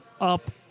up